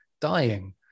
dying